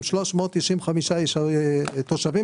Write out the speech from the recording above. עם 395 תושבים.